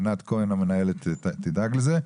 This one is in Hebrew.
ענת כהן, מנהלת הוועדה, תדאג לכך.